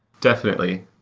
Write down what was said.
definitely.